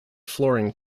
flooring